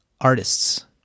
artists